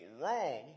wrong